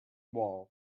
wall